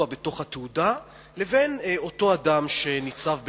בתוך התעודה לבין אותו אדם שניצב בפנינו.